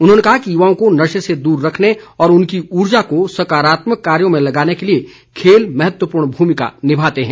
उन्होंने कहा कि युवाओं को नशे से दूर रखने व उनकी ऊर्जा को सकारात्मक कार्यो में लगाने के लिए खेल महत्वपूर्ण भूमिका निभाते हैं